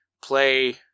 play